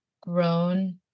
grown